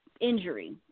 injury